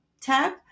tab